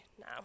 now